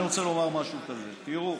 אני רוצה לומר משהו כזה: תראו,